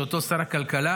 שאותה שר הכלכלה